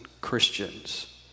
Christians